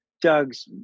Doug's